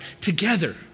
together